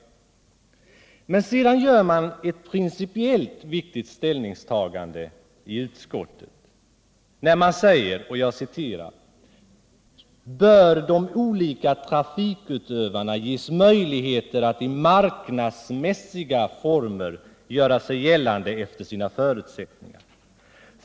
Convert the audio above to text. Men sedan gör utskottet ett principiellt viktigt ställningstagande när man säger att de olika trafikutövarna bör ”ges möjligheter att i marknadsmässiga former göra sig gällande efter sina förutsättningar.